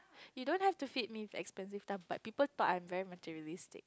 you don't have to feed me expensive stuff but people thought I'm very materialistic